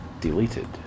deleted